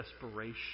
desperation